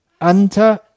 Anta